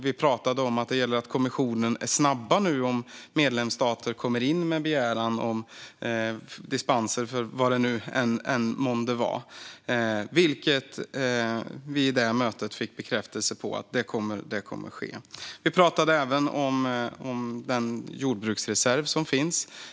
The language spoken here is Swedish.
Vi pratade om att det gäller att kommissionen nu är snabb om medlemsstater kommer in med begäran om dispenser för vad det nu månde vara. Vid detta möte fick vi bekräftelse på att det kommer att ske. Vi pratade även om den jordbruksreserv som finns.